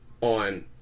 on